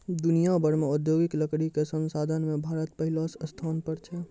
दुनिया भर मॅ औद्योगिक लकड़ी कॅ संसाधन मॅ भारत पहलो स्थान पर छै